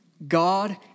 God